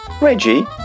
Reggie